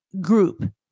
group